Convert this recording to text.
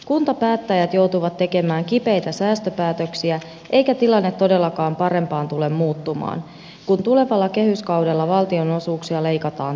kuntapäättäjät joutuvat tekemään kipeitä säästöpäätöksiä eikä tilanne todellakaan parempaan tule muuttumaan kun tulevalla kehyskaudella valtionosuuksia leikataan tuntuvasti